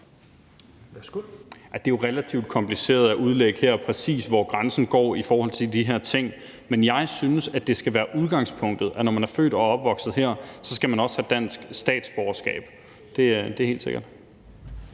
Det er jo relativt kompliceret at udlægge her, præcis hvor grænsen går i forhold til de her ting, men jeg synes, at det skal være udgangspunktet, at når man er født og opvokset her, så skal man også have dansk statsborgerskab. Det er helt sikkert.